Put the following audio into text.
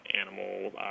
animal